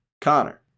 connor